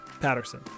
Patterson